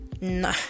No